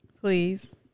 Please